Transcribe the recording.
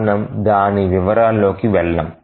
మనము దాని వివరాలలోకి వెళ్ళము